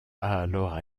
alors